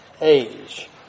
age